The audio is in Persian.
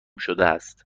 شدهست